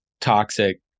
toxic